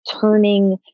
turning